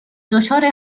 دچار